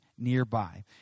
nearby